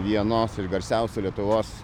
vienos iš garsiausių lietuvos